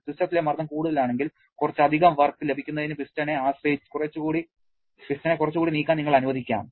സിസ്റ്റത്തിലെ മർദ്ദം കൂടുതലാണെങ്കിൽ കുറച്ച് അധിക വർക്ക് ലഭിക്കുന്നതിന് പിസ്റ്റണിനെ കുറച്ചുകൂടി നീങ്ങാൻ നിങ്ങൾ അനുവദിക്കാം